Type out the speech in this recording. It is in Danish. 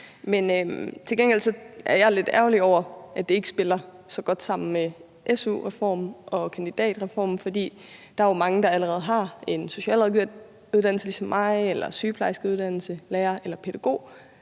Men til gengæld er jeg lidt ærgerlig over, at det ikke spiller så godt sammen med su-reformen og kandidatreformen, for der er jo mange, der allerede har en socialrådgiveruddannelse ligesom mig eller en uddannelse som sygeplejerske, lærer eller pædagog,